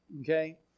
okay